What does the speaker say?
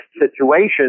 situation